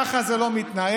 ככה זה לא מתנהל.